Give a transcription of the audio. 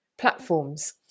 platforms